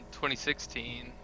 2016